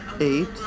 eight